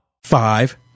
Five